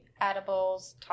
edibles